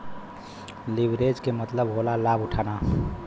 leverage के मतलब होला लाभ उठाना